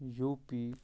U P